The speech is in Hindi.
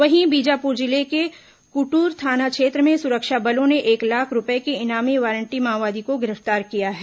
वहीं बीजापुर जिले के कुटरू थाना क्षेत्र में सुरक्षा बलों ने एक लाख रूपये के एक इनामी वारंटी माओवादी को गिरफ्तार किया है